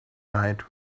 died